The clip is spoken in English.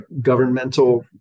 governmental